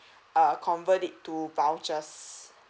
err convert it to vouchers